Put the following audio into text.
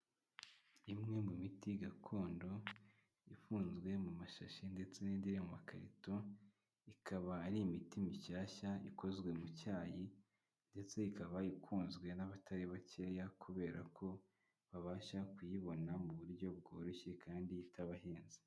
Imwe mu miti gakondo ifunzwe mu mashashi ndetse n'indi iri mu makarito ikaba ari imiti mishyashya ikozwe mu cyayi, ndetse ikaba ikunzwe n'abatari bakeya kubera ko babasha kuyibona mu buryo bworoshye kandi itabahenze.